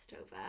over